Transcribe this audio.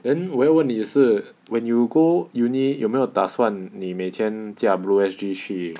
then 我要问你的是 when you go uni 有没有打算你每天驾 blue S_G 去